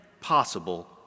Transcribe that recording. possible